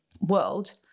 world